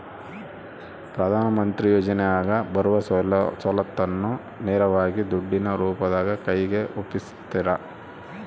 ಪ್ರಧಾನ ಮಂತ್ರಿ ಯೋಜನೆಯಾಗ ಬರುವ ಸೌಲತ್ತನ್ನ ನೇರವಾಗಿ ದುಡ್ಡಿನ ರೂಪದಾಗ ಕೈಗೆ ಒಪ್ಪಿಸ್ತಾರ?